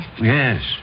Yes